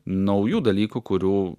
naujų dalykų kurių